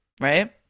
right